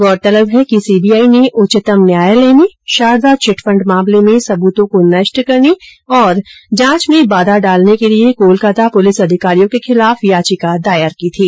गौरतलब है कि सीबीआई ने उच्चतम न्यायालय में शारदा चिटफंड मामले में सबूतों को नष्ट करने और जांच में बाधा डालने के लिए कोलकाता पुलिस अधिकारियों के खिलाफ याचिका दायर की थी